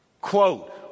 quote